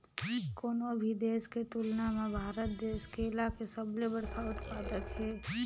कोनो भी देश के तुलना म भारत देश केला के सबले बड़खा उत्पादक हे